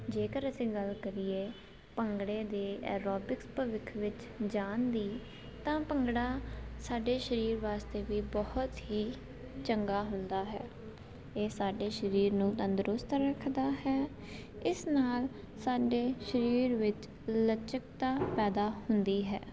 ਜੇਕਰ ਅਸੀਂ ਗੱਲ ਕਰੀਏ ਭੰਗੜੇ ਦੇ ਐਰੋਬਿਕਸ ਭਵਿੱਖ ਵਿੱਚ ਜਾਣ ਦੀ ਤਾਂ ਭੰਗੜਾ ਸਾਡੇ ਸਰੀਰ ਵਾਸਤੇ ਵੀ ਬਹੁਤ ਹੀ ਚੰਗਾ ਹੁੰਦਾ ਹੈ ਇਹ ਸਾਡੇ ਸਰੀਰ ਨੂੰ ਤੰਦਰੁਸਤ ਰੱਖਦਾ ਹੈ ਇਸ ਨਾਲ ਸਾਡੇ ਸਰੀਰ ਵਿੱਚ ਲਚਕਤਾ ਪੈਦਾ ਹੁੰਦੀ ਹੈ